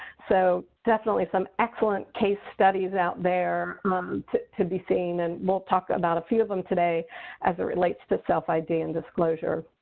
so definitely some excellent case studies out there um to to be seen. and we'll talk about a few of them today as it relates to self id and disclosure.